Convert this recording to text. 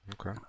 Okay